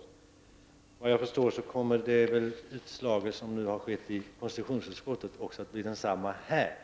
Efter vad jag förstår kommer kammaren att fatta beslut i enlighet med konstitutionsutskottets förslag.